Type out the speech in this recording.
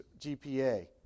GPA